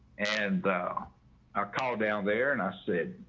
and i call down there and i said,